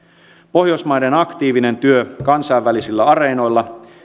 pohjoismaiden aktiivinen työ kansainvälisillä areenoilla